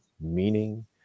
meaning